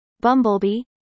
Bumblebee